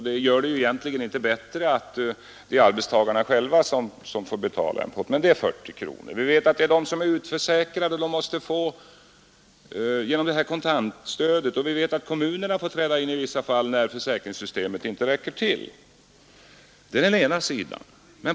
Det gör det egentligen inte bättre att det är arbetstagarna själva som får betala. De som är utförsäkrade måste få ersättning genom kontantstöd. Kommunerna får i vissa fall träda in, när försäkringsstödet inte räcker till. Det är den ena sidan.